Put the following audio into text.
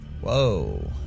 Whoa